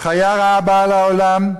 חיה רעה באה לעולם,